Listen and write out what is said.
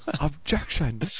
objection